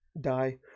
Die